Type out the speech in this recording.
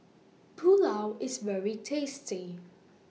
Pulao IS very tasty